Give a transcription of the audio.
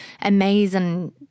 amazing